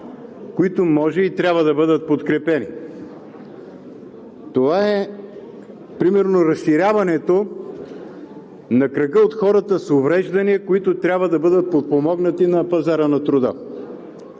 които може и трябва да бъдат подкрепени. Това е примерно разширяването на кръга от хората с увреждания, които трябва да бъдат подпомогнати на пазара на труда